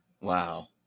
Wow